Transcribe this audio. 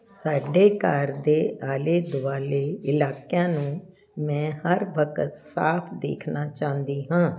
ਸਾਡੇ ਘਰ ਦੇ ਆਲੇ ਦੁਆਲੇ ਇਲਾਕਿਆਂ ਨੂੰ ਮੈਂ ਹਰ ਵਕਤ ਸਾਫ ਦੇਖਣਾ ਚਾਹੁੰਦੀ ਹਾਂ